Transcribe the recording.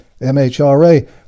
MHRA